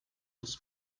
was